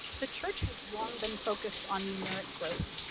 the church has long been focused on numeric growth.